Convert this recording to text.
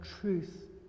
truth